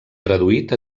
traduït